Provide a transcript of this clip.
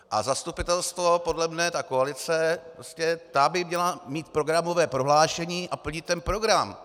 A zastupitelstvo, podle mě ta koalice, ta by měla mít programové prohlášení a plnit ten program.